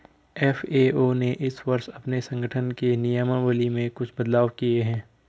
FAO ने इस वर्ष अपने संगठन के नियमावली में कुछ बदलाव किए हैं